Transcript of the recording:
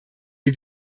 die